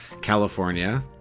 California